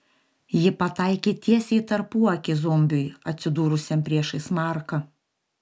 ji pataikė tiesiai į tarpuakį zombiui atsidūrusiam priešais marką